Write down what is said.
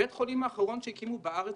בית החולים האחרון שהקימו בארץ,